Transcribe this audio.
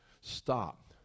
stop